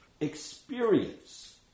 experience